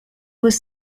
was